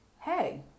hey